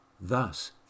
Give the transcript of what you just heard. Thus